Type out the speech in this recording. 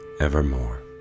evermore